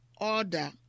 order